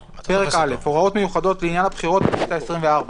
א': הוראות מיוחדות לעניין הבחירות לכנסת העשרים וארבע